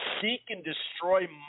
seek-and-destroy